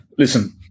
Listen